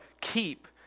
keep